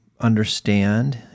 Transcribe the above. understand